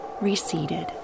receded